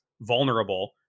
vulnerable